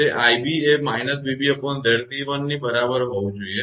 તે 𝑖𝑏 એ −𝑣𝑏𝑍𝑐1 ની બરાબર હોવું જોઈએ છે